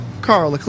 Carl